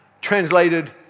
translated